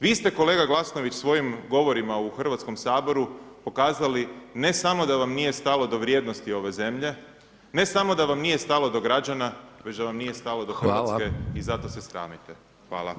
Vi ste kolega Glasnović svojim govorima u Hrvatskom saboru pokazali ne samo da vam nije stalo do vrijednosti ove zemlje, ne samo da vam nije stalo do građana već da vam nije stalo do Hrvatske i zato se sramite.